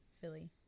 Philly